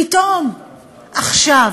פתאום עכשיו,